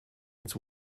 its